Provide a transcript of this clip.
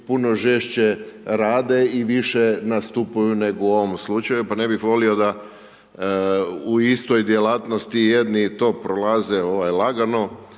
puno žešće rade i više nastupaju nego u ovom slučaju, pa ne bih volio da u istoj djelatnosti, jedni to prolaze lagano,